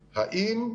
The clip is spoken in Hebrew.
האם,